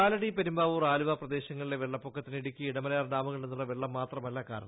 കാലടി പെരുമ്പാവൂർ ആലുവ പ്രദേശങ്ങളില്ല് വെള്ളപ്പൊക്കത്തിന് ഇടുക്കി ഇടമലയാർ ഡാമുകളിൽ നിന്നുള്ള വെള്ളം മാത്രമല്ല കാരണം